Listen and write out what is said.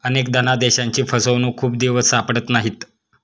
अनेक धनादेशांची फसवणूक खूप दिवस सापडत नाहीत